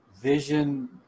vision